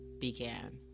began